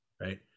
Right